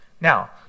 now